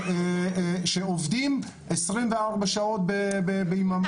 שעובדים 24 שעות ביממה.